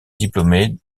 diplômé